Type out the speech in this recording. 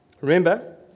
remember